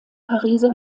pariser